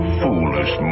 foolish